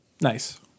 Nice